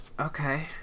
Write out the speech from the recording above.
Okay